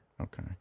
Okay